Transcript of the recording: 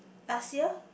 last year